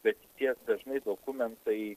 bet tie dažnai dokumentai